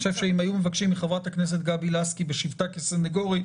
אני חושב שאם היו מבקשים מחברת הכנסת גבי לסקי בשבתה כסנגורית,